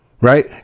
Right